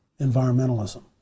environmentalism